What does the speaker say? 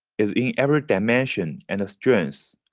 is in every dimension and strength